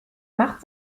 macht